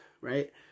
right